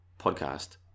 podcast